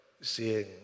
seeing